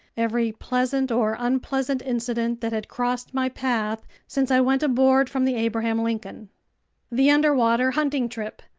every pleasant or unpleasant incident that had crossed my path since i went overboard from the abraham lincoln the underwater hunting trip,